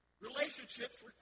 Relationships